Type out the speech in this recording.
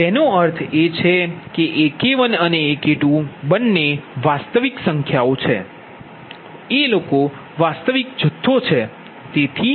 તેનો અર્થ એ કે AK1 અને AK2 બંને વાસ્તવિક સંખ્યાઓ છે વાસ્તવિક જથ્થો છે